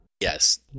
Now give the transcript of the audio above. Yes